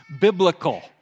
biblical